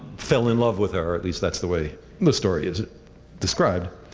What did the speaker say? fell in love with her, at least that's the way the story is described.